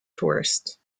tourists